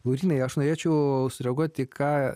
laurynai aš norėčiau sureaguoti ką